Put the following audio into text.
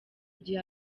igihe